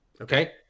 okay